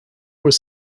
was